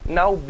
now